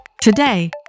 Today